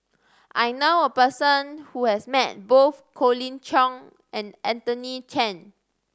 I know a person who has met both Colin Cheong and Anthony Chen